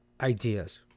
ideas